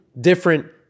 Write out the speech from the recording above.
different